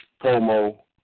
Pomo